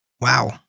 Wow